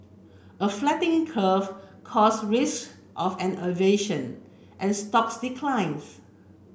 a flattening curve cause risk of an inversion and stock declines